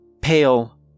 pale